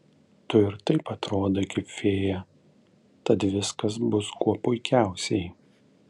tu ir taip jau atrodai kaip fėja tad viskas bus kuo puikiausiai